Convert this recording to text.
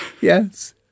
yes